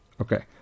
Okay